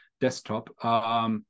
desktop